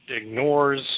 ignores